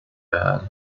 bad